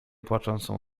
płaczącą